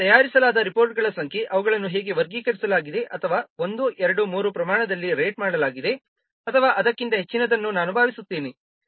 ಅಂತೆಯೇ ತಯಾರಿಸಲಾದ ರಿಪೋರ್ಟ್ಗಳ ಸಂಖ್ಯೆ ಅವುಗಳನ್ನು ಹೇಗೆ ವರ್ಗೀಕರಿಸಲಾಗಿದೆ ಅಥವಾ 1 2 3 ಪ್ರಮಾಣದಲ್ಲಿ ರೇಟ್ ಮಾಡಲಾಗಿದೆ ಅಥವಾ ಅದಕ್ಕಿಂತ ಹೆಚ್ಚಿನದನ್ನು ನಾನು ಭಾವಿಸುತ್ತೇನೆ